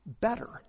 better